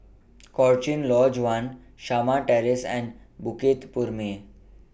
Cochrane Lodge one Shamah Terrace and Bukit Purmei